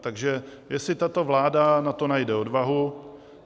Takže jestli tato vláda na to najde odvahu,